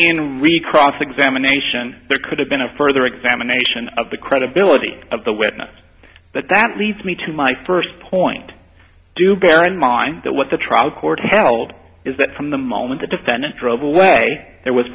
in re cross examination there could have been a further examination of the credibility of the witness but that leads me to my first point do bear in mind that what the trial court held is that from the moment the defendant drove away there was